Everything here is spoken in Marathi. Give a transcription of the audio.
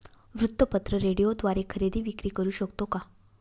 वृत्तपत्र, रेडिओद्वारे खरेदी विक्री करु शकतो का?